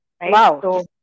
Wow